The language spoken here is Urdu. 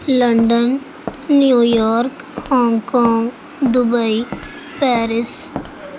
London New York Hong Kong Dubai Paris